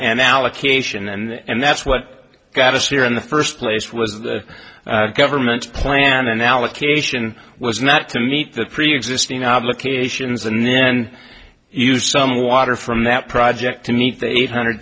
and allocation and that's what got us here in the first place was the government's plan and the allocation was not to meet the preexisting obligations and then use some water from that project to meet the eight hundred